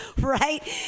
right